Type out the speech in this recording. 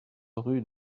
rue